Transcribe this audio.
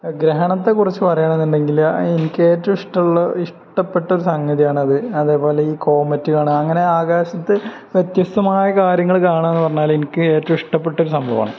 ഗ്രഹണത്തെക്കുറിച്ച് പറയുകണെന്നുണ്ടെങ്കില് എനിക്കേറ്റവും ഇഷ്ടമുള്ള ഇഷ്ടപ്പെട്ട ഒരു സംഗതിയാണത് അതേപോലെ ഈ കോമെറ്റ് കാണുക അങ്ങനെ ആകാശത്ത് വ്യത്യസ്തമായ കാര്യങ്ങള് കാണുകയാണെന്നു പറഞ്ഞാലെനിക്ക് ഏറ്റവും ഇഷ്ടപ്പെട്ടൊരു സംഭവമാണ്